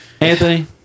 Anthony